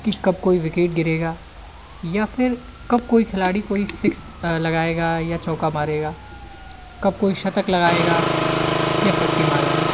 कि कब कोई विकेट गिरेगा या फिर कब कोई खिलाड़ी कोई सिक्स लगाएगा या चौका मारेगा कब कोई शतक लगाएगा या फ़िफ़्टी मारेगा